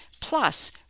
plus